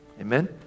Amen